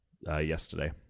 yesterday